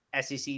SEC